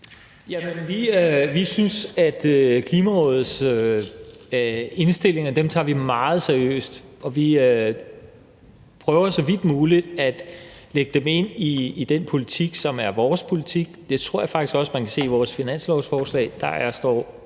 Vi tager Klimarådets indstillinger meget seriøst, og vi prøver så vidt muligt at lægge dem ind i den politik, som er vores politik. Det tror jeg faktisk også man kan se i vores finanslovsforslag, for der står